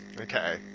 Okay